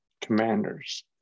Commanders